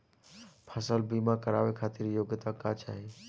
फसल बीमा करावे खातिर योग्यता का चाही?